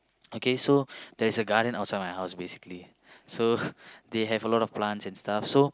okay so there's a garden outside my house basically so they have a lot of plants and stuff so